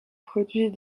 produit